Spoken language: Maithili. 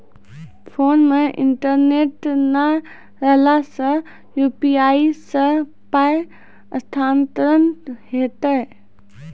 फोन मे इंटरनेट नै रहला सॅ, यु.पी.आई सॅ पाय स्थानांतरण हेतै?